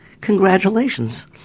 Congratulations